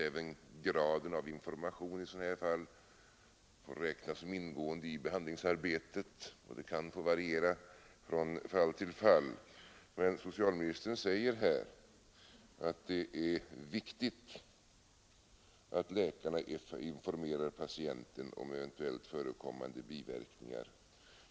Även graden av information i sådana här fall får väl räknas som ingående i behandlingsarbetet och kan få variera från fall till fall. Men socialministern säger att det är viktigt att läkarna informerar patienterna om eventuellt förekommande biverkningar.